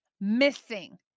missing